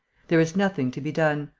there is nothing to be done.